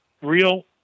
real